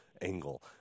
angle